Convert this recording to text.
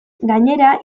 gainera